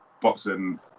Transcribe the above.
boxing